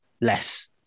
less